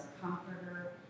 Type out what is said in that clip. comforter